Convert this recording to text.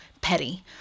petty